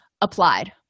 applied